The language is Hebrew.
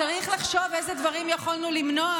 צריך לחשוב איזה דברים יכולנו למנוע